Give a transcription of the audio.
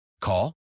Call